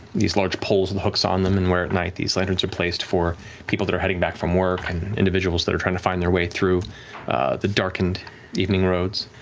these large poles with and hooks on them and where, at night, these lanterns are placed for people that are heading back from work and individuals that are trying to find their way through the darkened evening roads,